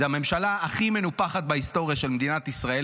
זאת הממשלה הכי מנופחת בהיסטוריה של מדינת ישראל.